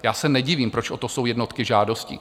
Já se nedivím, proč to jsou jednotky žádostí.